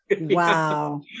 wow